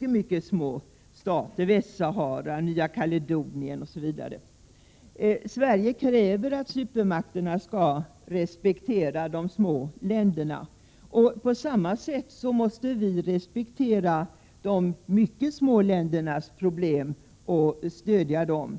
är mycket små — Västsahara, Nya Kaledonien, osv. Sverige kräver att supermakterna skall respektera de små länderna. På samma sätt måste vi respektera de mycket små ländernas problem och stödja dem.